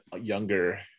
younger